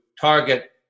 target